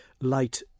light